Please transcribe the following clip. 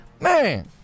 Man